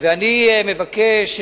ואני מבקש,